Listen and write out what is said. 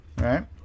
right